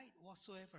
whatsoever